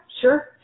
sure